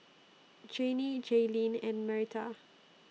Jannie Gaylene and Marietta